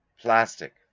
plastic